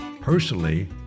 personally